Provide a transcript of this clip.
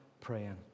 praying